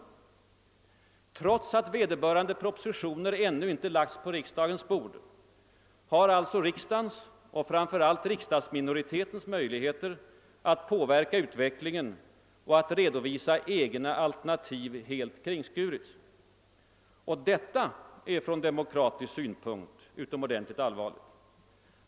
Trots att vederbörande propositioner ännu inte har lagts på riksdagens bord har alltså riksdagens och framför allt riksdagsmajoritetens möjligheter att påverka utvecklingen och att redovisa egna alternativ helt kringskurits. Detta är från demokratisk synpunkt «utomordentligt = allvarligt.